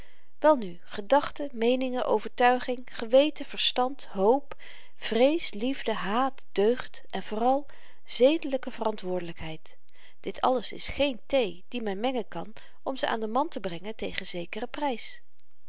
welnu gedachten meeningen overtuiging geweten verstand hoop vrees liefde haat deugd en vooral zedelyke verantwoordelykheid dit alles is geen thee die men mengen kan om ze aan den man te brengen tegen zekeren prys